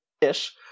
Ish